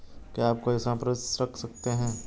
क्या आप कोई संपार्श्विक रख सकते हैं?